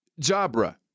Jabra